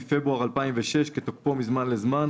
מפברואר 2006" כתוקפו מזמן לזמן,